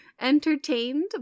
entertained